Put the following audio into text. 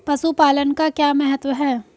पशुपालन का क्या महत्व है?